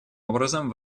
образом